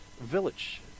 village